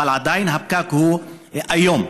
אבל עדיין הפקק הוא איום.